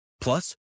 Plus